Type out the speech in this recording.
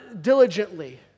diligently